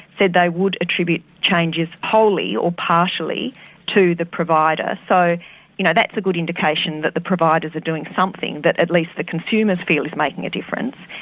said they would attribute changes wholly or partially to the provider. so you know that's a good indication that the providers are doing something that at least the consumers feel is making a difference.